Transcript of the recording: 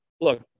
look